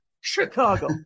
Chicago